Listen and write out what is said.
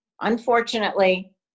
Unfortunately